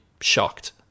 shocked